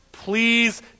Please